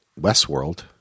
Westworld